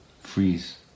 freeze